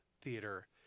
theater